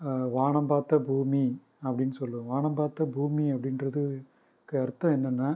வானம் பாத்த பூமி அப்படின்னு சொல்லுவோம் வானம் பார்த்த பூமி அப்படின்றது அதுக்கு அர்த்தம் என்னென்னா